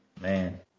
Man